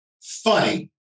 funny